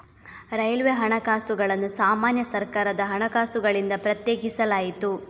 railway ಹಣಕಾಸುಗಳನ್ನು ಸಾಮಾನ್ಯ ಸರ್ಕಾರದ ಹಣಕಾಸುಗಳಿಂದ ಪ್ರತ್ಯೇಕಿಸಲಾಯಿತು